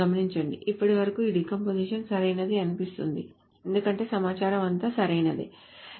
గమనించండి ఇప్పటి వరకు ఈ డీకంపోజిషన్ సరైనది అనిపిస్తుంది ఎందుకంటే సమాచారం అంతా సరైనదే